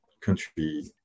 country